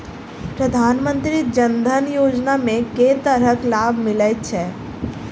प्रधानमंत्री जनधन योजना मे केँ तरहक लाभ मिलय छै?